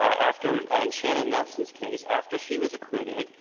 ah after in shannon nelson's case, after she was acquited,